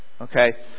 okay